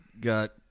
got